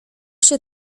się